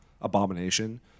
abomination